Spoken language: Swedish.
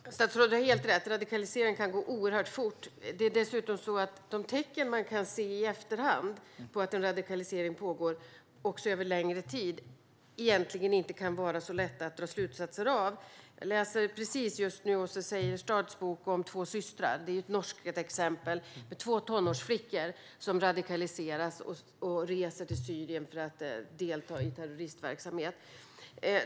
Herr talman! Statsrådet har helt rätt: Radikalisering kan gå oerhört fort. Det är dessutom så att de tecken man i efterhand kan se på att en radikalisering pågått över en längre tid inte alltid är så lätta att dra slutsatser av. Jag läser just nu Åsne Seierstads bok om två systrar. Den handlar om ett exempel från Norge med två tonårsflickor som radikaliseras och reser till Syrien för att delta i terroristverksamhet.